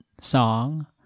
song